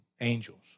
angels